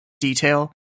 detail